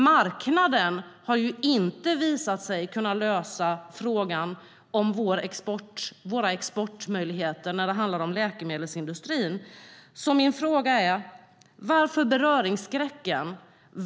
Marknaden har inte visat sig kunnat lösa frågan om våra exportmöjligheter när det gäller läkemedelsindustrin. Min fråga är: Varför beröringsskräcken?